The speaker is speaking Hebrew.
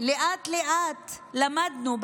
לאט-לאט למדנו,